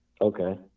Okay